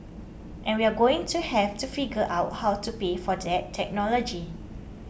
and we're going to have to figure out how to pay for that technology